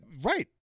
right